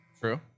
True